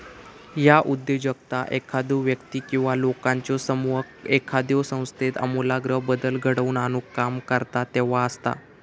ह्या उद्योजकता एखादो व्यक्ती किंवा लोकांचो समूह एखाद्यो संस्थेत आमूलाग्र बदल घडवून आणुक काम करता तेव्हा असता